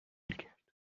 کرد